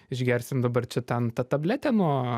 išgersim dabar čia ten tą tabletę nuo